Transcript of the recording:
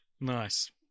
Nice